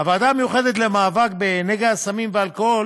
הוועדה המיוחדת למאבק בנגעי הסמים והאלכוהול